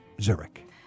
Zurich